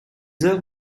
heures